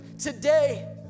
today